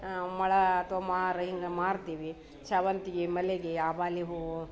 ಮೊಳ ಅಥ್ವಾ ಮಾರು ಹಿಂಗ ಮಾರ್ತೀವಿ ಶಾವಂತಿಗೆ ಮಲ್ಲಿಗೆ ಆಬಾಲೆ ಹೂವು